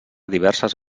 diverses